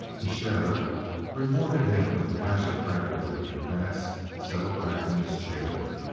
the sheriff rewarded him with a flash of gratitude, and vance settled back in his chair.